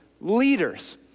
leaders